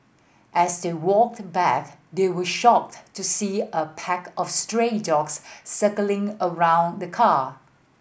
as they walked back they were shocked to see a pack of stray dogs circling around the car